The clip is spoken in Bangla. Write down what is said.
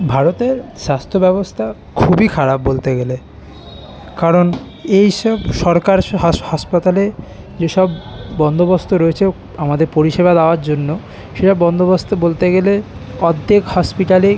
ভারতের স্বাস্থ্য ব্যবস্থা খুবই খারাপ বলতে গেলে কারণ এই সব সরকার হাস হাসপাতালে যেসব বন্দোবস্ত রয়েছে আমাদের পরিষেবা দাওয়ার জন্য সেসব বন্দোবস্ত বলতে গেলে অর্ধেক হসপিটালই